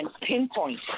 pinpoint